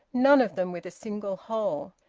none of them with a single hole.